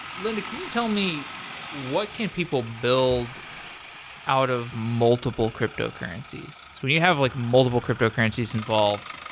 linda, can you tell me what can people build out of multiple cryptocurrencies? when you have like multiple cryptocurrencies involved,